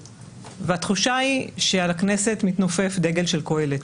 והתחושה היא על הכנסת מתנופף דגל של קהלת?